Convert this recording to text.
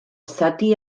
zati